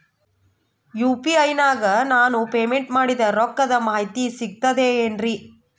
UPI ನಾಗ ನಾನು payment ಮಾಡಿದ ರೊಕ್ಕದ ಮಾಹಿತಿ ಸಿಕ್ತದೆ ಏನ್ರಿ?